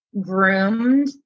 groomed